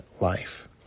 life